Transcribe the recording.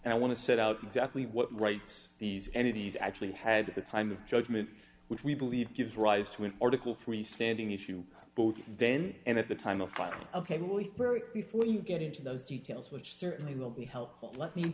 and i want to set out exactly what rights these entities actually had the time of judgment which we believe gives rise to an article three standing issue both then and at the time of writing ok we before you get into those details which certainly will be helpful let me